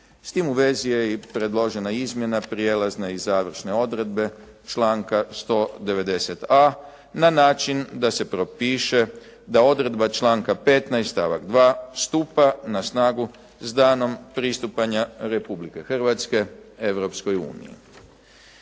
S tim u vezi je i predložena izmjena prijelazne i završne odredbe članka 190.a na način da se propiše da odredba članka 15. stavak 2. stupa na snagu s danom pristupanja Republike Hrvatske Europskoj uniji.